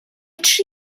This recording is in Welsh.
tri